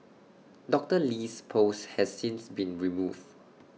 Doctor Lee's post has since been removes